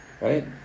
Right